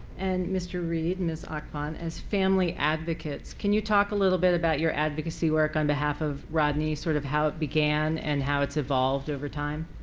and mr. reed, ms. akpan, as family advocates can you talk a little bit about your advocacy work on behalf of rodney, sort of how it began and how it's evolved over time?